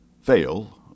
fail—